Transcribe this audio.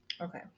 Okay